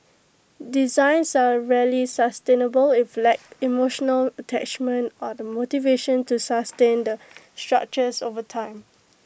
designs are rarely sustainable if lack emotional attachment or the motivation to sustain the structures over time